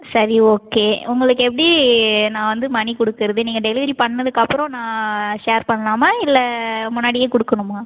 சரி ஓகே உங்களுக்கு எப்படி நான் வந்து மணி கொடுக்கறது நீங்கள் டெலிவரி பண்ணதுக்கப்புறம் நான் ஷேர் பண்ணலாமா இல்லை முன்னாடியே கொடுக்கணுமா